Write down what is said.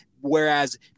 whereas